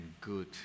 good